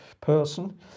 Person